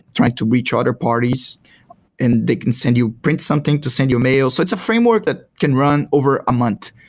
trying to reach other parties and they can send you print something to send you a mail. so it's a framework that can run over a month.